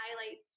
highlights